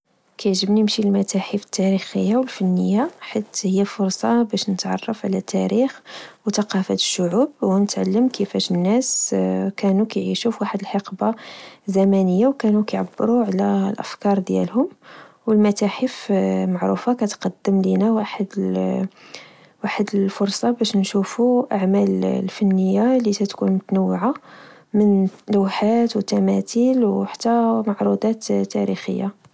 كعجبني نمشي للمتاحف التاريخية والفنية، حيت هي فرصة باش نتعرف على تاريخ وثقافة الشعوب، ونتعلم كيفاش الناس كانوا كيعيشوا فواحد الحقبة زمنية وكانو كعبرو على الأفكار ديالهم.و المتاحف معروفة كتقدم لينا واحد الفرصة باش نشوف أعمال الفنية لكتكون متنوعة، من لوحات، وتماثيل، أو حتى معروضات تاريخية